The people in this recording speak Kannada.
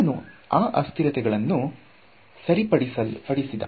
ಅವನು ಆ ಅಸ್ಥಿರತಿಗಳನ್ನು ಸಾಯಿ ಪಡಿಸಿದ